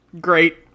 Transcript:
Great